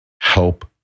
help